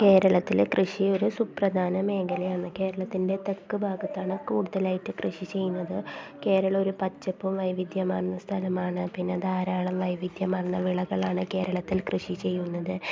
കേരളത്തിലെ കൃഷി ഒരു സുപ്രധാന മേഖലയാണ് കേരളത്തിൻ്റെ തെക്ക് ഭാഗത്താണ് കൂടുതലായിട്ട് കൃഷി ചെയ്യുന്നത് കേരളം ഒരു പച്ചപ്പ് വൈവിധ്യമാർന്ന സ്ഥലമാണ് പിന്നെ ധാരാളം വൈവിധ്യമാർന്ന വിളകളാണ് കേരളത്തിൽ കൃഷി ചെയ്യുന്നത്